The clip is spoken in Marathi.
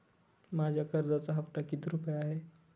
माझ्या कर्जाचा हफ्ता किती रुपये आहे?